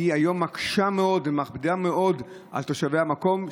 היא היום מקשה מאוד ומכבידה מאוד על תושבי המקום.